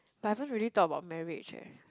but haven't really thought about marriage eh